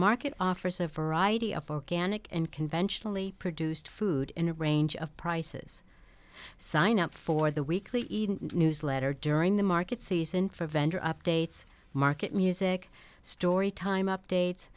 market offers a variety of organic and conventionally produced food in a range of prices sign up for the weekly newsletter during the market season for vendor updates market music story time updates